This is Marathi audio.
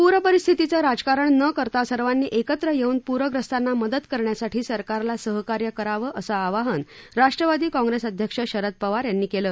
पूरपरिस्थितीचं राजकारण न करता सर्वांनी एकत्र येऊन पूरग्रस्तांना मदत करण्यासाठी सरकारला सहकार्य करावं असं आवाहन राष्ट्रवादी कॉंप्रेस अध्यक्ष शरद पवार यांनी केलं